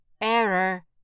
error